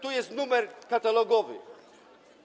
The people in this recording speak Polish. Tu jest numer katalogowy.